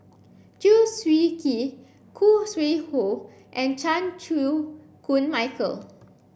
Chew Swee Kee Khoo Sui Hoe and Chan Chew Koon Michael